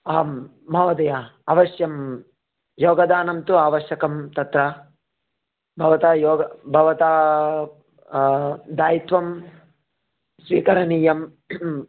आं महोदय अवश्यं योगदानं तु आवश्यकं तत्र भवता भवता दायित्वं स्वीकरनीयम्